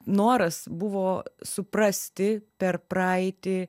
noras buvo suprasti per praeitį